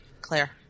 Claire